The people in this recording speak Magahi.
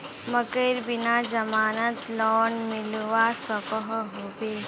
मकईर बिना जमानत लोन मिलवा सकोहो होबे?